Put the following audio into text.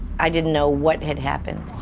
i didn't know what had happened.